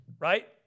right